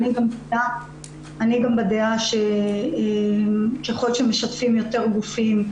אני גם בדעה שככל שמשתפים יותר גופים,